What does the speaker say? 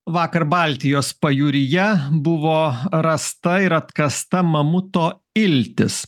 vakar baltijos pajūryje buvo rasta ir atkasta mamuto iltis